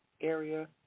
area